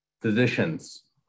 physicians